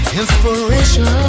inspiration